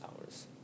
hours